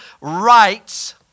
rights